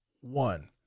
One